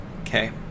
Okay